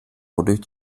wodurch